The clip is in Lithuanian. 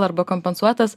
arba kompensuotas